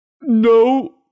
No